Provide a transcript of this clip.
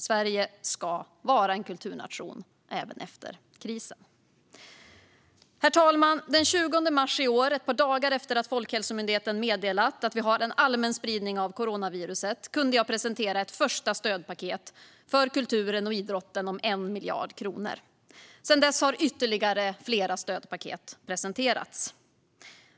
Sverige ska vara en kulturnation även efter krisen. Herr talman! Den 20 mars i år, ett par dagar efter det att Folkhälsomyndigheten meddelat att vi hade en allmän spridning av coronaviruset, kunde jag presentera ett första stödpaket för kulturen och idrotten på 1 miljard kronor. Sedan dess har flera ytterligare stödpaket presenterats.